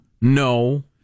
No